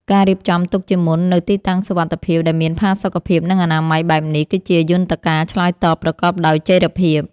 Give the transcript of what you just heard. ការរៀបចំទុកជាមុននូវទីតាំងសុវត្ថិភាពដែលមានផាសុកភាព និងអនាម័យបែបនេះ គឺជាយន្តការឆ្លើយតបប្រកបដោយចីរភាព។